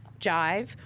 jive